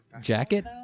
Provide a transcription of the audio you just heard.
jacket